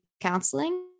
Counseling